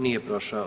Nije prošao.